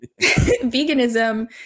veganism